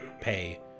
pay